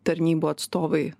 tarnybų atstovai